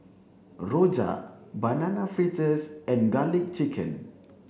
Rojak banana fritters and garlic chicken